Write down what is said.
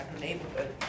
neighborhood